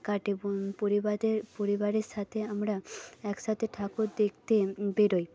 কাটে পরিবারের পরিবারের সাথে আমরা একসাথে ঠাকুর দেখতে বেরোই